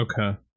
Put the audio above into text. Okay